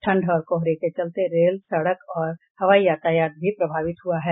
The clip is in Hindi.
ठंड और कोहरे के चलते रेल सड़क और हवाई यातायात भी प्रभावित हुआ है